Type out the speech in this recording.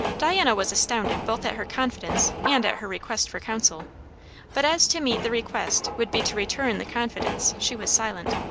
diana was astounded both at her confidence and at her request for counsel but as to meet the request would be to return the confidence, she was silent.